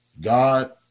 God